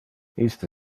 iste